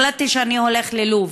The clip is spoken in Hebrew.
החלטתי שאני הולך ללוב.